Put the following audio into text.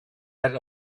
had